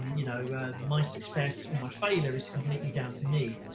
you know my success or my failure is completely down to me.